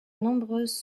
nombreuses